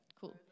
cool